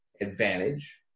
advantage